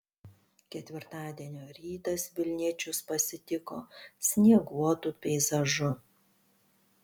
ketvirtadienio rytas vilniečius pasitiko snieguotu peizažu